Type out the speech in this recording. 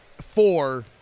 four